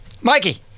Mikey